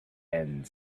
and